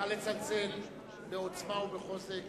נא לצלצל בעוצמה ובחוזק.